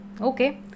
Okay